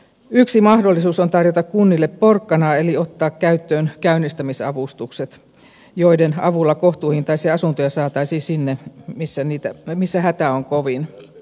yksi mahdollisuus on tarjota kunnille porkkanaa eli ottaa käyttöön käynnistämisavustukset joiden avulla kohtuuhintaisia asuntoja saataisiin sinne missä hätä on kovin